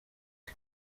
bwe